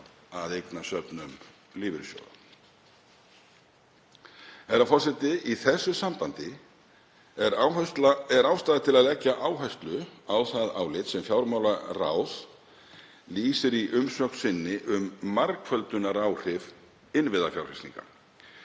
að eignasöfnum lífeyrissjóða. Í þessu sambandi er ástæða til að leggja áherslu á það álit sem fjármálaráð lýsir í umsögn sinni um margföldunaráhrif innviðafjárfestinga.